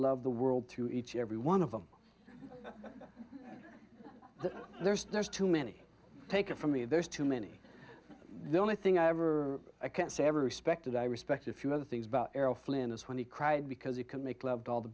love the world to each and every one of them there's there's too many take it from me there's too many the only thing i ever i can say ever respected i respect a few other things about errol flynn is when he cried because he can make love to all the